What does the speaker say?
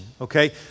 Okay